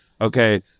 okay